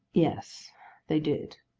yes they did.